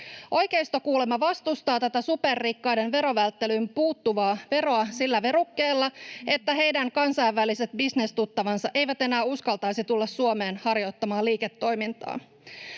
Oikeisto kuulemma vastustaa tätä superrikkaiden verovälttelyyn puuttuvaa veroa sillä verukkeella, että heidän kansainväliset bisnestuttavansa eivät enää uskaltaisi tulla Suomeen harjoittamaan liiketoimintaa.